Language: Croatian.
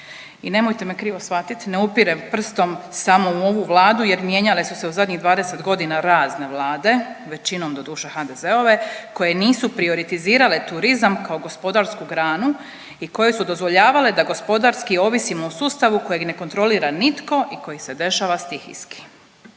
I nemojte me krivo shvatiti, ne upirem prstom samo u ovu Vladu jer mijenjale su se u zadnjih 20 godina razne vlade, većinom, doduše HDZ-ove koje nisu prioritizirale turizam kao gospodarsku granu i koje su dozvoljavale da gospodarski ovisimo o sustavu kojeg ne kontrolira nitko i koji se dešava stihijski.